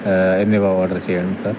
എന്നിവ ഓഡര് ചെയ്യണം സാര്